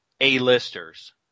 A-listers